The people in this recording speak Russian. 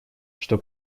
что